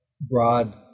broad